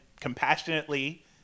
compassionately